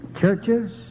Churches